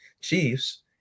Chiefs